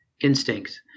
instincts